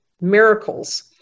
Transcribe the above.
miracles